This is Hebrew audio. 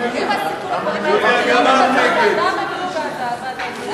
יוחנן פלסנר לא נתקבלה.